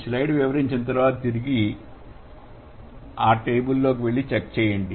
slide వివరించిన తర్వాత మీరు తిరిగి వెళ్లి టేబుల్ లో చెక్ చేయండి